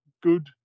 good